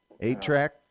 Eight-track